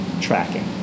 tracking